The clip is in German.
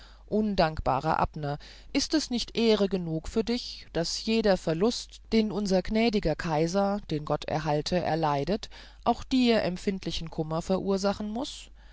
undankbarer abner ist es nicht ehre genug für dich daß jeder verlust den unser gnädiger kaiser den gott erhalte erleidet auch dir empfindlichen kummer verursachen muß